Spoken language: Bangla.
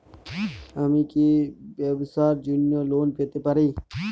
আমি কি ব্যবসার জন্য লোন পেতে পারি?